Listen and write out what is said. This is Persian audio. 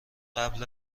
قبل